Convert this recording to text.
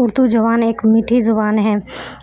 اردو زبان ایک میٹھی زبان ہے